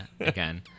again